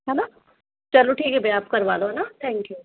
है ना चलो ठीक है भैया आप करवा लो है ना थैंक यू